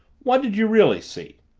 what did you really see?